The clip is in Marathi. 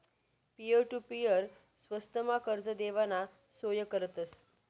पिअर टु पीअर स्वस्तमा कर्ज देवाना सोय करतस